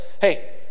hey